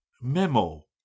Memo